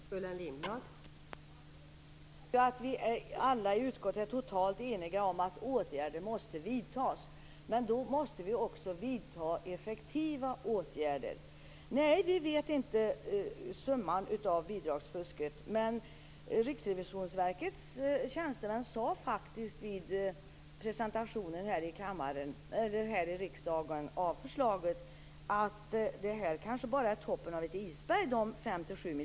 Fru talman! Det viktiga är ju att vi alla i utskottet är totalt eniga om att åtgärder måste vidtas. Men då måste vi också vidta effektiva åtgärder. Vi vet inte summan av bidragsfusket, men Riksrevisionsverkets tjänstemän sade faktiskt vid presentationen av förslaget här i riksdagen att de 5-7 miljarder man då nämnde kanske bara är toppen av isberg.